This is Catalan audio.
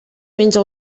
menge